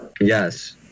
Yes